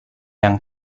yang